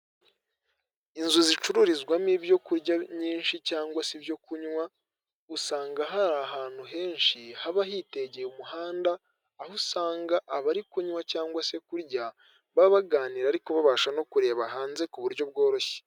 Inzu zicururizwamo ibyokurya nyinshi, cyangwa se ibyo kunywa, usanga hari ahantu henshi haba hitegeye umuhanda, aho usanga abari kunywa cyangwa se kurya baba baganira ariko babasha no kureba hanze ku buryo bworoshye.